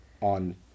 on